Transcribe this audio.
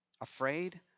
Afraid